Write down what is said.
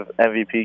MVP